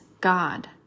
God